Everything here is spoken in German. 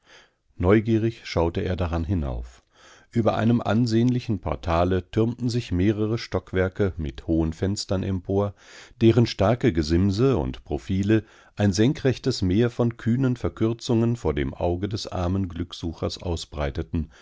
neugierig schaute er daran hinauf über einem ansehnlichen portale türmten sich mehrere stockwerke mit hohen fenstern empor deren starke gesimse und profile ein senkrechtes meer von kühnen verkürzungen vor dem auge des armen glücksuchers ausbreiteten